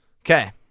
Okay